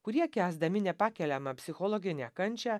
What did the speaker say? kurie kęsdami nepakeliamą psichologinę kančią